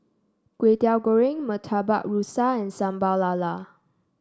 Kway Teow Goreng Murtabak Rusa and Sambal Lala